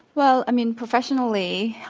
well, i mean, professionally,